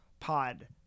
pod